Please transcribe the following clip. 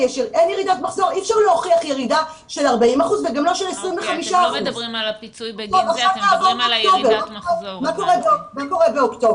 אי אפשר להוכיח ירידה של 40% וגם לא של 25%. מה קורה באוקטובר?